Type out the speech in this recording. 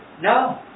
No